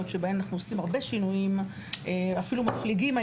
שבהן אנחנו עושים הרבה שינויים אפילו מפליגים,